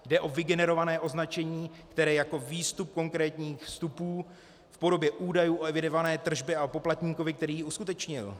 Jde o vygenerované označení, které jako výstup konkrétních vstupů v podobě údajů o evidované tržbě a poplatníkovi, který ji uskutečnil.